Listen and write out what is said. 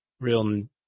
real